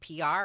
PR